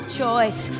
choice